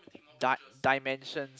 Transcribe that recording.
di~ dimension